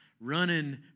running